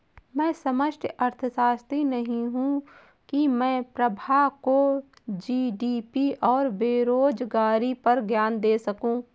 मैं समष्टि अर्थशास्त्री नहीं हूं की मैं प्रभा को जी.डी.पी और बेरोजगारी पर ज्ञान दे सकूं